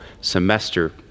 semester